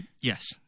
Yes